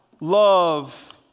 love